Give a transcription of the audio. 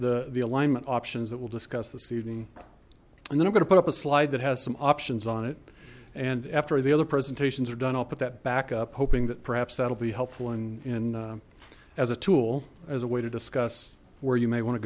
the the alignment options that we'll discuss this evening and then i'm going to put up a slide that has some options on it and after the other presentations are done i'll put that back up hoping that perhaps that'll be helpful in as a tool as a way to discuss where you may want to